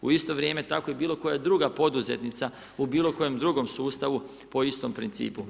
U isto vrijeme, tako i bilo koja druga poduzetnica, u bilo kojem drugom sustavu, po istom principu.